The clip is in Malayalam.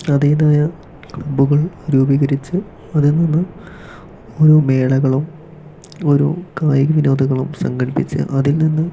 അതേതായ കുടുംബങ്ങൾ രൂപീകരിച്ച് വരുന്നത് ഓരോ മേളകളും ഓരോ കായിക വിനോദങ്ങളും സങ്കൽപ്പിച്ച് അതിൽ നിന്ന്